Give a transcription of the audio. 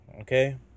Okay